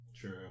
True